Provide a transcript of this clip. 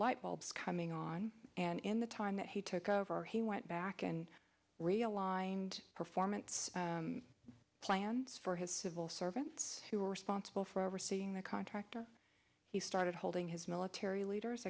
lightbulbs coming on and in the time that he took over he went back and realigned performance plans for his civil servants who were responsible for overseeing the contractor he started holding his military leaders